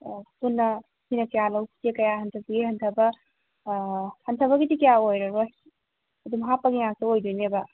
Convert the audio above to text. ꯑꯣ ꯄꯨꯟꯅ ꯁꯤꯅ ꯀꯌꯥ ꯂꯧꯁꯤꯒꯦ ꯀꯌꯥ ꯍꯟꯗꯣꯛꯁꯤꯒꯦ ꯍꯟꯊꯕ ꯍꯟꯊꯕꯒꯤꯗꯤ ꯀꯌꯥ ꯑꯣꯏꯔꯔꯣꯏ ꯑꯗꯨꯝ ꯍꯥꯞꯄꯒꯤ ꯉꯥꯛꯇ ꯑꯣꯏꯗꯣꯏꯅꯦꯕ